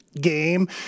game